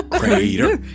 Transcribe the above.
crater